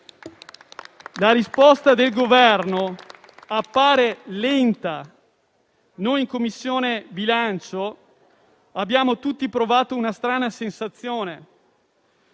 La risposta del Governo appare lenta. In Commissione bilancio abbiamo tutti provato una strana sensazione,